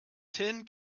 tin